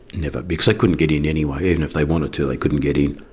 never, because they couldn't get in anyway. even if they wanted to, they couldn't get in.